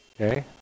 Okay